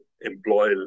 employ